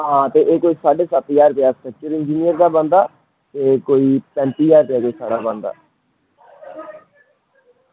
आं ते एह् कोई साढ़े सत्त ज्हार रपेआ इंजीनियर दा बनदा ते कोई पैंती ज्हार रपेआ किश साढ़ा बनदा